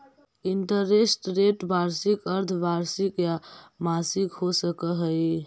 interest rate वार्षिक, अर्द्धवार्षिक या मासिक हो सकऽ हई